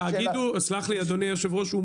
יסלח לי אדוני היושב-ראש,